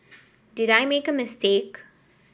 did I make a mistake